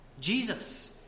Jesus